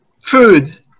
food